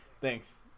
Thanks